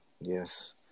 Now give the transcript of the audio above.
Yes